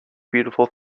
beautiful